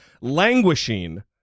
languishing